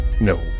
No